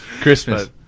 christmas